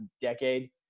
decade